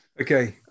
Okay